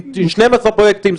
12 פרויקטים,